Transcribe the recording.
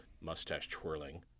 mustache-twirling